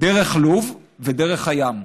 דרך לוב ודרך הים.